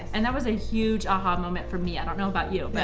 and that was a huge aha moment for me. i don't know about you, but